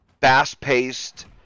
fast-paced